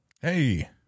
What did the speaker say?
Hey